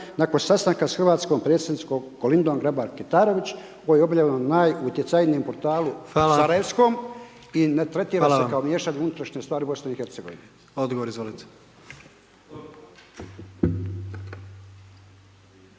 nakon sastanka sa hrvatskom predsjednicom Kolindom Grabar-Kitarović, koji je objavljen u najutjecajnijem portalu sarajevskom i ne tretira se kao miješanje u unutrašnje stvari Bosne i Hercegovine.